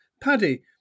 Paddy